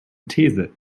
these